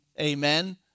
amen